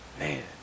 Man